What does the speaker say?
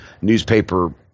newspaper